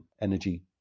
energy